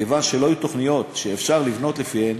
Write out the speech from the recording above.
כיוון שלא היו תוכניות שאפשר לבנות לפיהן